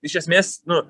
iš esmės nu